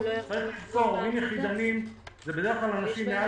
יש לזכור הורים יחדניים הם בדרך כלל אנשים מעל